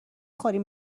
خوریم